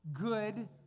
Good